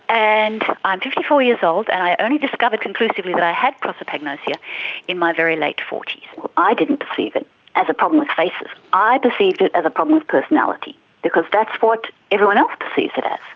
and i'm fifty four years old, and i only discovered conclusively that i had prosopagnosia in my very late forty s. i didn't perceive it as a problem with faces, i perceived it as a problem with personality because that's what everyone else perceives it as.